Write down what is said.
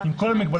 עם כל המגבלות,